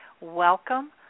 welcome